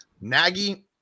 Nagy